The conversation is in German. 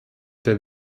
der